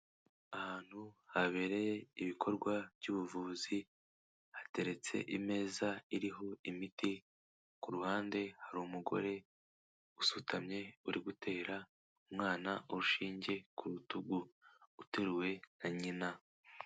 Ahantu habereye ibikorwa by'ubuvuzi, hateretse imeza iriho imiti, ku ruhande hari umugore usutamye uri gutera umwana urushinge ku rutugu uteruwe na nyina.